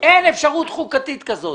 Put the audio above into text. אין אפשרות חוקתית כזאת.